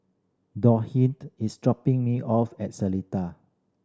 is dropping me off at Seletar